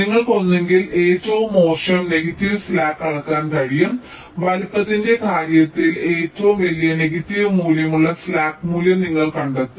നിങ്ങൾക്ക് ഒന്നുകിൽ ഏറ്റവും മോശം നെഗറ്റീവ് സ്ലാക്ക് അളക്കാൻ കഴിയും വലുപ്പത്തിന്റെ കാര്യത്തിൽ ഏറ്റവും വലിയ നെഗറ്റീവ് മൂല്യം ഉള്ള സ്ലാക്ക് മൂല്യം നിങ്ങൾ കണ്ടെത്തും